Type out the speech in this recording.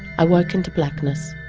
i woke into blackness.